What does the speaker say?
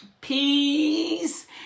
peace